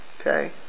okay